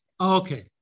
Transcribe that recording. Okay